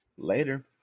Later